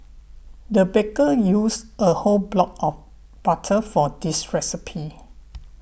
the baker used a whole block of butter for this recipe